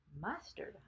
Mustard